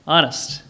Honest